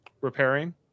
repairing